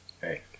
Hey